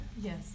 Yes